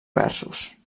versos